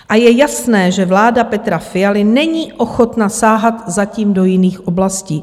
A je jasné, že vláda Petra Fialy není ochotna sahat zatím do jiných oblastí.